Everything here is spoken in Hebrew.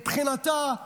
מבחינתה,